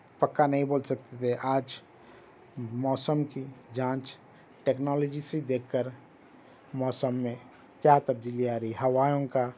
پکا نہیں بول سکتے تھے آج موسم کی جانچ ٹیکنالوجی سے دیکھ کر موسم میں کیا تبدیلی آ رہی ہے ہواؤں کا